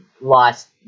lost